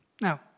Now